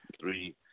three